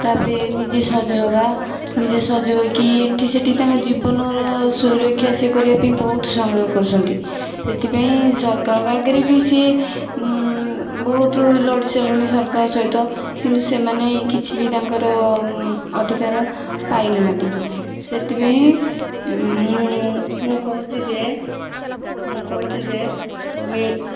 ତା'ପରେ ନିଜେ ସଜ ହେବା ନିଜେ ସଜ ହେଇକି ଏଠି ସେଠି ତାଙ୍କ ଜୀବନର ସୁରକ୍ଷା ସେ କରିବା ପାଇଁ ବହୁତ ସଂଗ୍ରହ କରୁଛନ୍ତି ସେଥିପାଇଁ ସରକାରଙ୍କ ଆଗରେ ବି ସେ ବହୁତ ଲଢ଼ି ସାରିଲେଣି ସରକାରଙ୍କ ସହିତ କିନ୍ତୁ ସେମାନେ କିଛି ବି ତାଙ୍କର ଅଧିକାର ପାଇ ନାହାଁନ୍ତି ସେଥିପାଇଁ ମୁଁ ମୁଁ କହୁଛି ଯେ ମୁଁ କହୁଛି ଯେ ମି